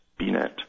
Bnet